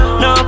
no